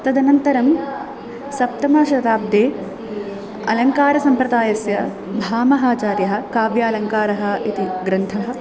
तदनन्तरं सप्तमशताब्दे अलङ्कारसम्प्रदायस्य भामहाचार्यः काव्यालङ्कारः इति ग्रन्थः